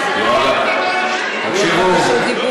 תקשיבו.